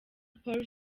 paul